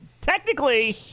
technically